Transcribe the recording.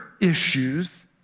issues